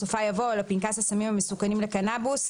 בסופה יבוא "או לפנקס הסמים המסוכנים לקנבוס,